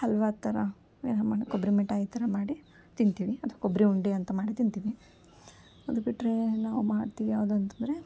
ಹಲ್ವ ಥರ ಏನೋ ಮಾಡಿ ಕೊಬ್ಬರಿ ಮಿಠಾಯಿ ಥರ ಮಾಡಿ ತಿಂತೀವಿ ಅದು ಕೊಬ್ಬರಿ ಉಂಡೆ ಅಂತ ಮಾಡಿ ತಿಂತೀವಿ ಅದು ಬಿಟ್ಟರೆ ನಾವು ಮಾಡ್ತೀವಿ ಯಾವುದು ಅಂತಂದರೆ